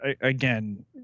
again